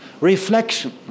Reflection